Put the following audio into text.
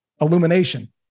illumination